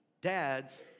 dad's